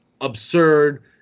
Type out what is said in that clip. absurd